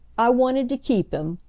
i wanted to keep him,